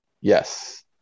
Yes